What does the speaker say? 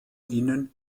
ihnen